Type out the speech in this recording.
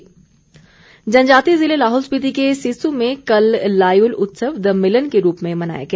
Lyell उत्सव जनजातीय ज़िले लाहौल स्पिति के सिस्सू में कल लायुल उत्सव द मिलन के रूप में मनाया गया